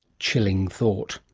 chilling thought!